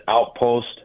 outpost